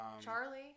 Charlie